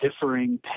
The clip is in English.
differing